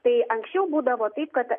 tai anksčiau būdavo taip kad